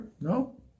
No